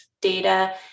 data